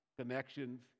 connections